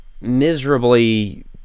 miserably